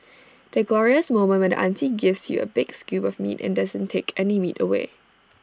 the glorious moment when the auntie gives you A big scoop of meat and doesn't take any meat away